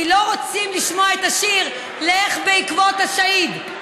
כי לא רוצים לשמוע את השיר: לך בעקבות השהיד.